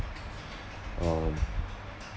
um